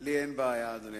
לי אין בעיה, אדוני